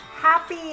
Happy